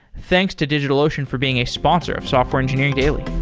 thanks to digitalocean for being a sponsor of software engineering daily.